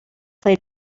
played